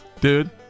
Dude